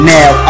Now